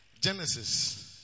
Genesis